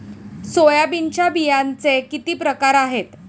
सोयाबीनच्या बियांचे किती प्रकार आहेत?